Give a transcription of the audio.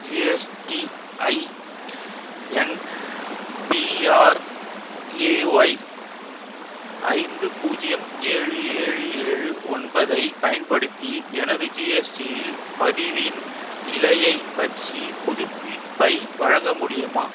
GSTI என் PRAY ஐந்து பூஜ்ஜியம் ஏழு ஏழு ஏழு ஒன்பதைப் பயன்படுத்தி எனது ஜிஎஸ்டியில் பதிவின் நிலையைப் பற்றி புதுப்பிப்பை வழங்க முடியுமா